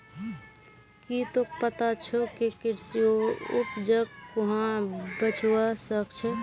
की तोक पता छोक के कृषि उपजक कुहाँ बेचवा स ख छ